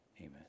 Amen